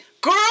Girl